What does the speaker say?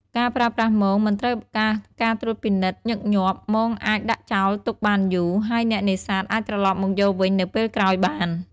ការប្រើប្រាស់មងមិនត្រូវការការត្រួតពិនិត្យញឹកញាប់ មងអាចដាក់ចោលទុកបានយូរ ហើយអ្នកនេសាទអាចត្រឡប់មកយកវិញនៅពេលក្រោយបាន។